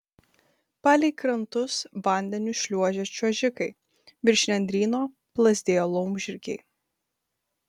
palei krantus vandeniu šliuožė čiuožikai virš nendryno plazdėjo laumžirgiai